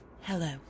hello